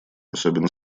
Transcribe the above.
особенно